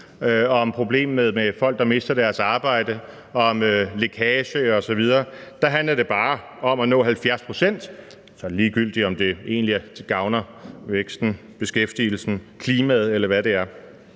om problemer med folk, der mister deres arbejde, om lækage osv., for der handler det bare om at nå 70 pct., og så er det egentlig ligegyldigt, om det gavner væksten, beskæftigelsen, klimaet, eller hvad det er.